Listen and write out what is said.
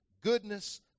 goodness